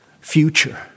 future